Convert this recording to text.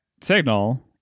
signal